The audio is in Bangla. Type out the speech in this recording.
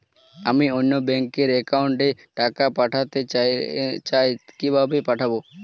আমি অন্য ব্যাংক র অ্যাকাউন্ট এ টাকা পাঠাতে চাই কিভাবে পাঠাবো?